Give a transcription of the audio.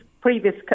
previous